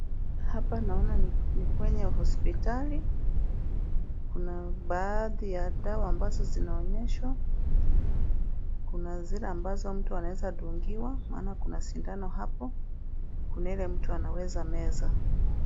Hapa naona ni kwenye hospitali, kuna baadhi ya dawa ambazo zinaonyeshwa, kuna zile ambazo mtu anawezadungiwa, maana kuna sindano hapo, kuna ile mtu anaweza meza.